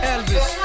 Elvis